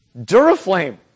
Duraflame